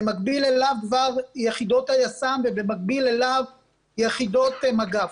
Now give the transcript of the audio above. במקביל אליו כבר יחידות היס"מ ובמקביל אליו יחידות מג"ב.